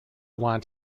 want